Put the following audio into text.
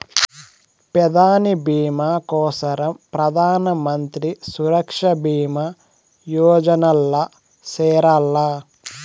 పెదాని బీమా కోసరం ప్రధానమంత్రి సురక్ష బీమా యోజనల్ల చేరాల్ల